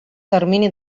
termini